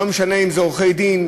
לא משנה אם עורכי-דין,